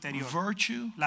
virtue